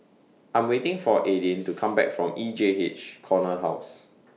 I Am waiting For Aydin to Come Back from E J H Corner House